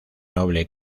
noble